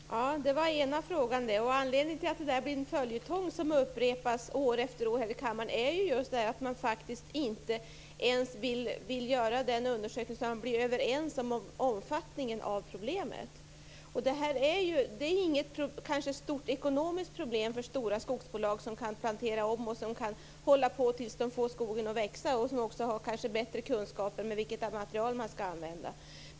Fru talman! Det var den ena frågan. Anledningen till att detta blir en följetong som upprepas år efter år här i kammaren är just att man inte vill göra en undersökning så att man blir överens om omfattningen av problemet. Detta är kanske inte något stort ekonomiskt problem för stora skogsbolag som kan plantera om och hålla på tills de får skogen att växa. De kanske också har bättre kunskaper om vilket material de skall använda.